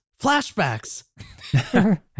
Flashbacks